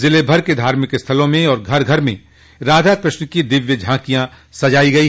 ज़िले भर के धार्मिक स्थलों में और घर घर में राधा कृष्ण की दिव्य झांकियां सजाई गई